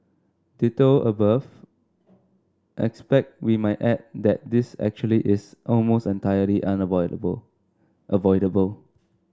ditto above expect we might add that this actually is almost entirely unavoidable avoidable